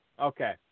Okay